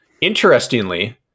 interestingly